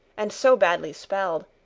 and so badly spelled,